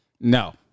No